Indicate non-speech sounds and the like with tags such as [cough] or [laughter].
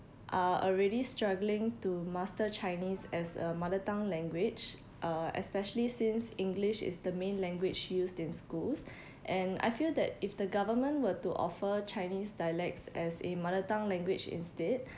are already struggling to master chinese as a mother tongue language uh especially since english is the main language used in schools [breath] and I feel that if the government were to offer chinese dialects as a mother tongue language instead